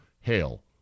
Hail